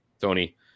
Tony